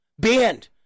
banned